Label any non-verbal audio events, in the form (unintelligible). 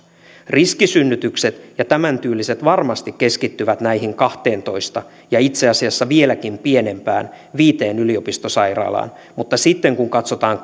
riskisynnytykset ja tämäntyyliset varmasti keskittyvät näihin kahteentoista ja itse asiassa vieläkin pienempiin viiteen yliopistosairaalaan mutta sitten kun katsotaan (unintelligible)